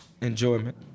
Enjoyment